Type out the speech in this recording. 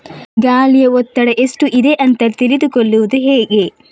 ಗಾಳಿಯ ಒತ್ತಡ ಎಷ್ಟು ಇದೆ ಅಂತ ತಿಳಿದುಕೊಳ್ಳುವುದು ಹೇಗೆ?